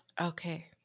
Okay